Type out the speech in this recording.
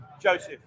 Joseph